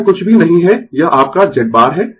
तो यह कुछ भी नहीं है यह आपका Z बार है